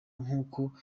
nk’uko